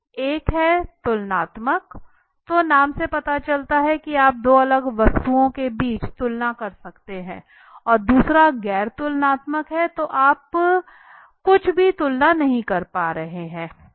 तो एक तुलनात्मक है तो नाम से पता चलता है कि आप दो अलग अलग वस्तुओं के बीच तुलना कर सकते हैं और दूसरा गैर तुलनात्मक है तो यहाँ आप कुछ भी तुलना नहीं कर रहे हैं